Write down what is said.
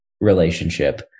relationship